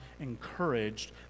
encouraged